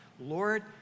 Lord